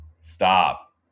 Stop